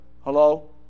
Hello